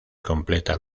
completa